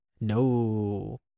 No